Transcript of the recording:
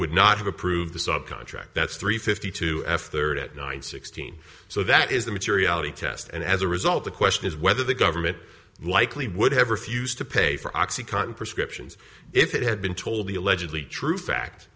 would not have approved the sub contract that's three fifty two f third at nine sixteen so that is the materiality test and as a result the question is whether the government likely would have refused to pay for oxycontin prescriptions if it had been told the allegedly true fact